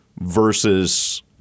versus –